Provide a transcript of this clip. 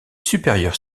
supérieures